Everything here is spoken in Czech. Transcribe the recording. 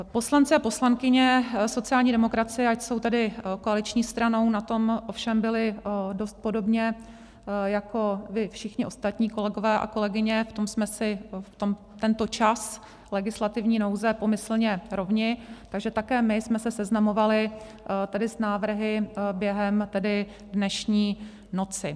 Poslanci a poslankyně sociální demokracie, ač jsou tady koaliční stranou, na tom ovšem byli dost podobně jako vy všichni ostatní, kolegové a kolegyně, v tom jsme si v tento čas legislativní nouze pomyslně rovni, takže také my jsme se seznamovali s návrhy během dnešní noci.